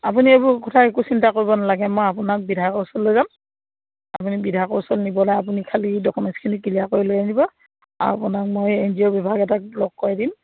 আপুনি এইবোৰ কথা একো চিন্তা কৰিব নালাগে মই আপোনাক বিধায়কৰ ওচৰলৈ লৈ যাম আপুনি বিধায়ক ওচৰলৈ নিবলৈ আপুনি খালী ডকুমেটছখিনি ক্লিয়াৰ কৰি লৈ আনিব আৰু আপোনাক মই এন জি অ' বিভাগ এটাক লগ কৰাই দিম